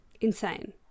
Insane